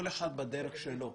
כל אחד בדרך שלו,